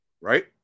right